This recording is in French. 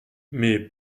mais